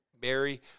Barry